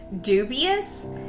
dubious